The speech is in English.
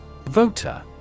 Voter